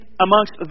amongst